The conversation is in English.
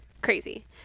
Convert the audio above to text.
crazy